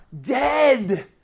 dead